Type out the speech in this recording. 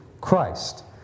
Christ